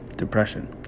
depression